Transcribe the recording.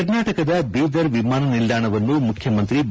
ಕರ್ನಾಟಕದ ಬೀದರ್ ವಿಮಾನ ನಿಲ್ಲಾಣವನ್ನು ಮುಖ್ಯಮಂತ್ರಿ ಬಿ